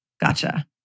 Gotcha